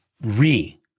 Re